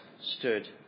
stood